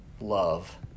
love